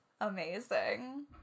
Amazing